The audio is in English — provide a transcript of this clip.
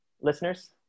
Listeners